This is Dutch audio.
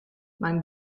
mijn